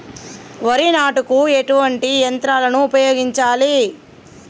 వరి నాటుకు ఎటువంటి యంత్రాలను ఉపయోగించాలే?